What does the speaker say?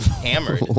hammered